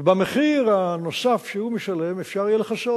ובמחיר הנוסף שהוא משלם אפשר יהיה לכסות,